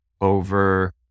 over